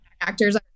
actors